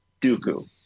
Dooku